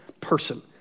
person